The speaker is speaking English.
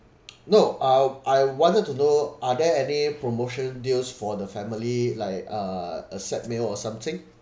no uh I wanted to know are there any promotional deals for the family like uh a set meal or something